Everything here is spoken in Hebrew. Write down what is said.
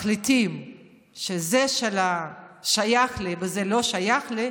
אבל כאשר מחליטים שזה שייך לי, וזה לא שייך לי,